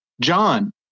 John